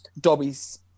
Dobby's